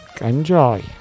Enjoy